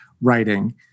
writing